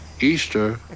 Easter